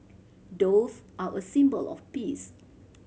doves are a symbol of peace